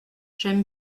j’aime